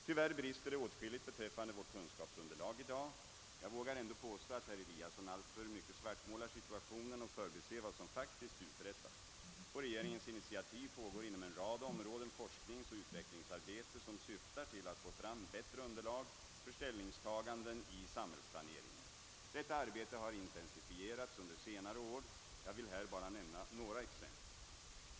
Tyvärr brister det åtskilligt beträffande vårt kunskapsunderlag i dag. Jag vågar ändå påstå att herr Eliasson alltför mycket svartmålar situationen och förbiser vad som faktiskt uträttats. På regeringens initiativ pågår inom en rad områden forskningsoch utvecklingsarbete som syftar till att få fram bättre underlag för ställningstaganden i samhällsplaneringen. Detta arbete har intensifierats under senare år. Jag vill här bara nämna några exempel.